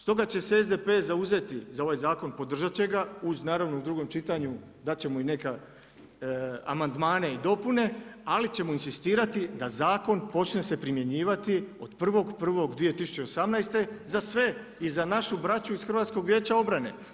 Stoga će se SDP zauzeti za ovaj zakon, podržati će ga, uz naravno u drugom čitanju dati ćemo i neke amandmane i dopune ali ćemo inzistirati da zakon počne se primjenjivati od 1.1.2018. za sve i za našu braću iz HVO-a.